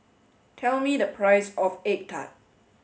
tell me the price of Egg Tart